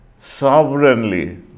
sovereignly